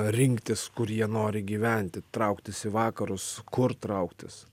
rinktis kur jie nori gyventi trauktis į vakarus kur trauktis